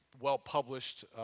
well-published